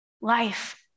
life